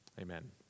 Amen